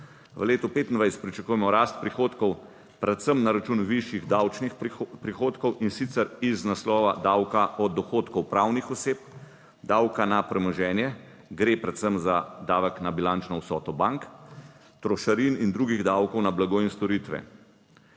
V letu 2025 pričakujemo rast prihodkov predvsem na račun višjih davčnih prihodkov in sicer iz naslova davka od dohodkov pravnih oseb, davka na premoženje, gre predvsem za davek na bilančno vsoto bank, trošarin in drugih davkov na blago in storitve.